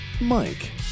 Mike